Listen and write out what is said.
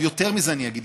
יותר מזה אני אגיד,